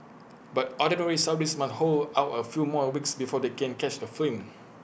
but Ordinary Saudis must hold out A few more weeks before they can catch A